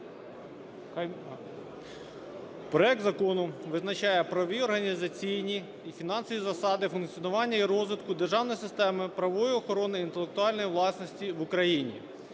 Проект закону визначає правові, організаційні і фінансові засади функціонування і розвитку державної системи правової охорони інтелектуальної власності в Україні